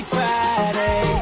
Friday